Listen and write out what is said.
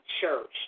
church